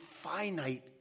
finite